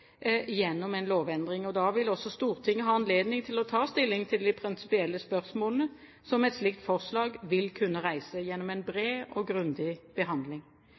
gjennom en lovendring. Da vil også Stortinget ha anledning til å ta stilling til de prinsipielle spørsmålene som et slikt forslag vil kunne reise, gjennom en bred og grundig behandling.